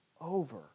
over